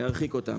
להרחיק אותם.